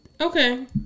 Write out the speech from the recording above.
Okay